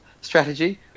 strategy